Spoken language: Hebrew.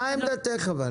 מה עמדתך?